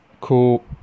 cool